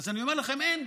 אז אני אומר לכם: אין.